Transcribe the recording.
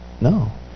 No